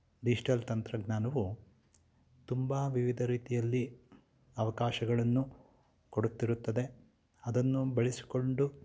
digital ತಂತ್ರಜ್ಞಾನವು ತುಂಬ ವಿವಿಧ ರೀತಿಯಲ್ಲಿ ಅವಕಾಶಗಳನ್ನು ಕೊಡುತ್ತಿರುತ್ತದೆ ಅದನ್ನು ಬಳಸಿಕೊಂಡು